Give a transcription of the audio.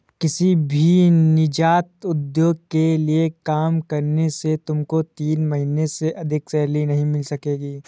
किसी भी नीजात उद्योग के लिए काम करने से तुमको तीन महीने से अधिक सैलरी नहीं मिल सकेगी